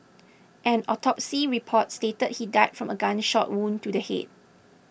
an autopsy report stated he died from a gunshot wound to the head